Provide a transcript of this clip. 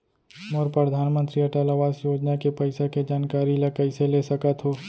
मोर परधानमंतरी अटल आवास योजना के पइसा के जानकारी ल कइसे ले सकत हो?